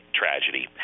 tragedy